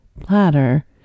platter